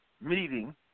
meeting